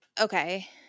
okay